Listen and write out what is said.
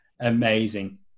Amazing